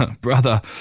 Brother